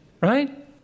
Right